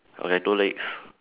okay two legs